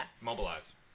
Mobilize